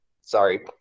sorry